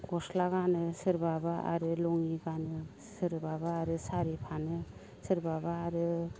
गस्ला गानो सोरबाबा आरो लङि गानो सोरबाबा आरो सारि फानो सोरबाबा आरो